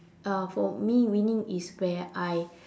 uh for me winning is where I